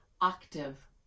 Octave